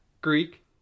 Greek